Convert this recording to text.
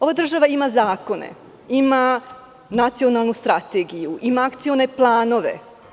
Ova država ima zakone, ima nacionalnu strategiju, ima akcione planove.